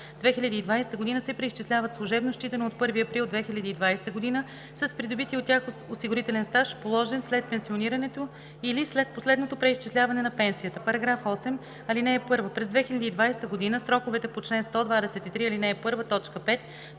2020 г., се преизчисляват служебно, считано от 1 април 2020 г., с придобития от тях осигурителен стаж, положен след пенсионирането или след последното преизчисляване на пенсията. § 8. (1) През 2020 г. сроковете по чл. 123,